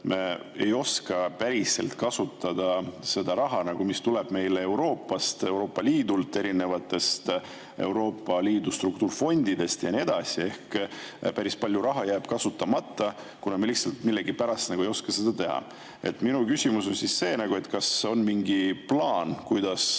me ei oska päriselt kasutada seda raha, mis tuleb meile Euroopast, Euroopa Liidult, selle struktuurifondidest ja nii edasi. Ehk päris palju raha jääb kasutamata, kuna me lihtsalt millegipärast ei oska seda teha. Minu küsimus on see: kas on mingi plaan, kuidas